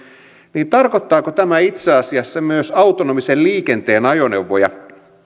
niin tarkoittaako tämä itse asiassa myös autonomisen liikenteen ajoneuvoja